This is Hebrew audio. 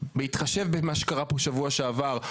בהתחשב במה שקרה פה בשבוע שעבר,